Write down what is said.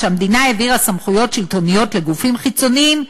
שהמדינה העבירה סמכויות שלטוניות לגופים חיצוניים,